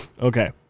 Okay